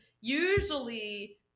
usually